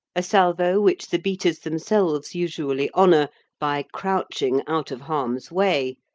a salvo which the beaters themselves usually honour by crouching out of harm's way,